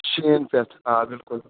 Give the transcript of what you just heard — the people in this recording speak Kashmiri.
شیٖن پٮ۪تھ